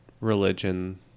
religion